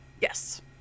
yes